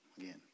again